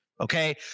Okay